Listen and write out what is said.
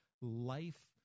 life